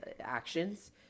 actions